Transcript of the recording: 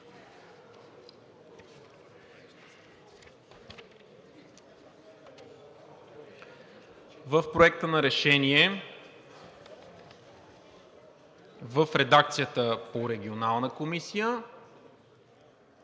в Проекта на решение в редакцията по Регионалната комисия